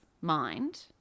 mind